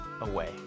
away